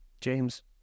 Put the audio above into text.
James